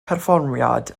perfformiad